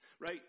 right